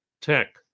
tech